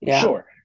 sure